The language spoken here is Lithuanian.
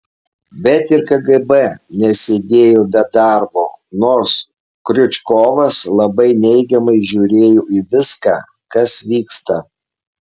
bet ir kgb nesėdėjo be darbo nors kriučkovas labai neigiamai žiūrėjo į viską kas vyksta